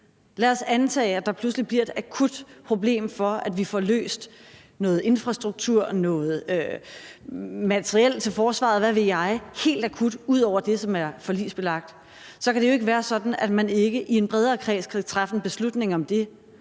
Lad os antage, at der pludselig bliver et akut problem, i forhold til at vi får løst noget infrastruktur og noget materiel til forsvaret, hvad ved jeg – helt akut, ud over det område, som er forligsbelagt. Så kan det jo ikke være sådan, at man ikke i en bredere kreds kan træffe en beslutning om det,